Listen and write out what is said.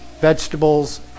vegetables